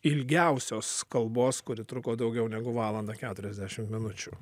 ilgiausios kalbos kuri truko daugiau negu valandą keturiasdešimt minučių